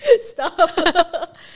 Stop